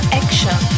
action